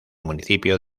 municipio